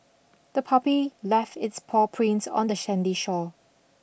the puppy left its paw prints on the sandy shore